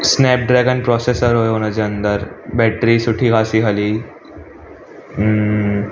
Snape dragon processor हुओ हुनजे अंदरि बैटरी सुठी ख़ासी हली